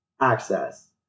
Access